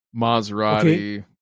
Maserati